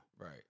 Right